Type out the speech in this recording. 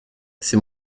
c’est